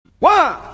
one